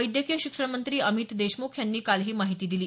वैद्यकीय शिक्षण मंत्री अमित देशमुख यांनी काल ही माहिती दिली